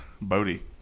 Bodhi